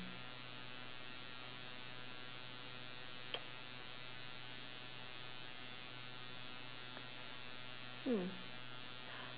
hmm